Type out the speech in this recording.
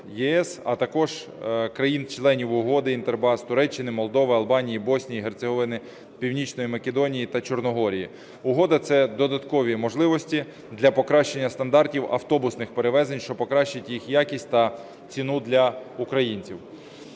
а також країн-членів Угоди INTERBUS – Туреччини, Молдови, Албанії, Боснії і Герцеговини, Північної Македонії та Чорногорії. Угода – це додаткові можливості для покращення стандартів автобусних перевезень, що покращить їх якість та ціну для українців.